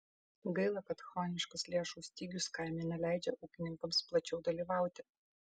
gaila kad chroniškas lėšų stygius kaime neleidžia ūkininkams plačiau dalyvauti